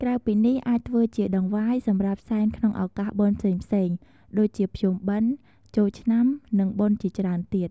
ក្រៅពីនេះអាចធ្វើជាដង្វាយសម្រាប់សែនក្នុងឧកាសបុណ្យផ្សេងៗ ដូចជាភ្ជុំបិណ្ឌ ចូលឆ្នាំនិងបុណ្យជាច្រើនទៀត